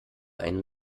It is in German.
einem